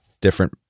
different